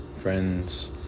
friends